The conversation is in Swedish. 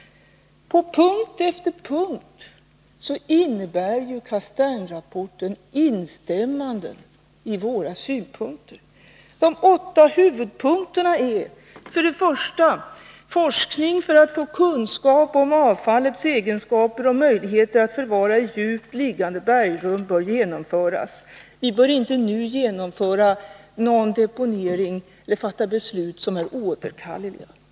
På punkt efter punkt innebär Castaingrapporten instämmanden i våra synpunkter. De åtta huvudpunkterna är för det första att forskning bör genomföras för att man skall få kunskap om avfallets egenskaper och möjligheter att förvara i djupt liggande bergrum. Vi bör inte nu genomföra någon deponering eller fatta beslut som är oåterkalleliga.